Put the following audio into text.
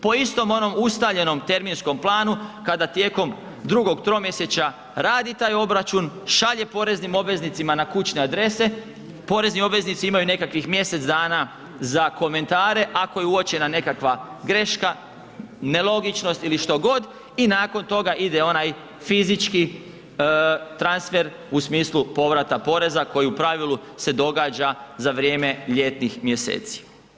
Po istom onom ustaljenom terminskom planu kada tijekom drugog tromjesečja radi taj obračun, šalje poreznim obveznicima na kućne adrese, porezni obveznici imaju nekakvih mjesec dana za komentare ako je uočena nekakva greška, nelogičnost ili što god i nakon toga ide onaj fizički transfer u smislu povrata poreza koji u pravilu se događa za vrijeme ljetnih mjeseci.